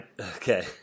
Okay